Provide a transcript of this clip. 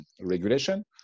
regulation